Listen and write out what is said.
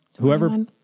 whoever